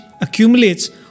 accumulates